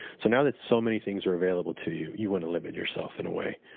so now that so many things are available to you, you want to limit yourself in a way.